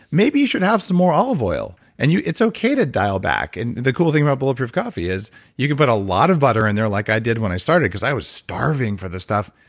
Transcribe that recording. maybe you should have some more olive oil. and it's okay to dial back and the cool thing about bulletproof coffee is you could put a lot of butter in there, like i did when i started, because i was starving for the stuff.